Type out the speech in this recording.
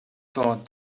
thought